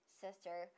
sister